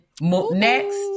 next